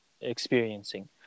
experiencing